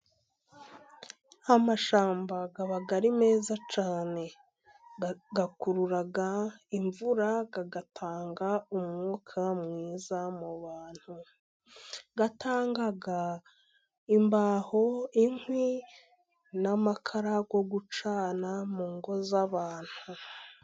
Amashyamba aba ari meza cyane. Akurura imvura，agatanga umwuka mwiza mu bantu. Atanga imbaho， inkwi，n'amakara yo gucana mu ngo z'abantu.